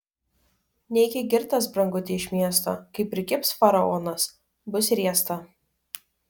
neiki girtas branguti iš miesto kai prikibs faraonas bus riesta